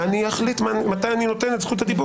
יש זכות דיבור